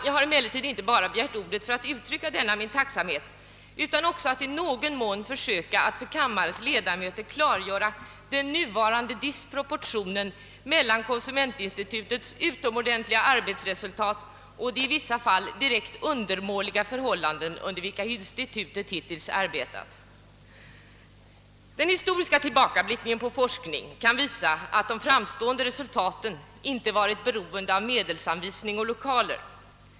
Jag har inte begärt ordet bara för att uttrycka denna min tacksamhet utan också för att i någon mån försöka att för kammarens ledamöter klargöra den nuvarande disproportionen mellan konsumentinstitutets utomordentliga arbetsresultat och de i vissa fall direkt undermåliga förhållanden, under vilka institutet hittills arbetat. En historisk tillbakablick på forskningen kan visa, att de utmärkta resultaten inte varit beroende av medelsanvisning och lokaler.